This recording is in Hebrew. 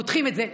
פותחים את זה,